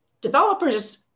developers –